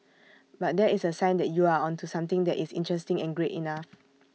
but that is A sign that you are onto something that is interesting and great enough